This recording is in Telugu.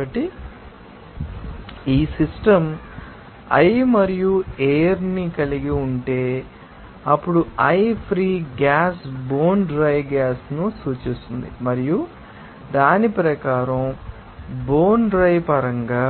కాబట్టి ఈ సిస్టమ్ i మరియు ఎయిర్ ని కలిగి ఉంటే అప్పుడు i free gas bone dry gas ను సూచిస్తుంది మరియు దాని ప్రకారం బోన్ డ్రై పరంగా